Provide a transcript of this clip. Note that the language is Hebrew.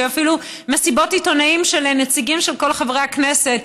היו אפילו מסיבות עיתונאים של נציגים של כל חברי הכנסת.